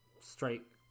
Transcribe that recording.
straight